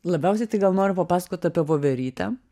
labiausiai tai gal noriu papasakot apie voverytę